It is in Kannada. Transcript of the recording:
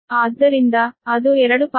ಆದ್ದರಿಂದ ಅದು 2